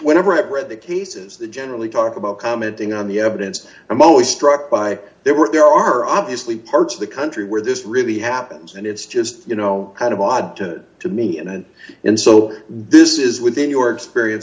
whenever i've read the cases that generally talk about commenting on the evidence i'm always struck by there were there are obviously parts of the country where this really happens and it's just you know kind of odd to to me and and so this is within your experience